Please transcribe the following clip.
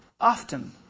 often